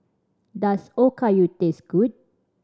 does Okayu taste good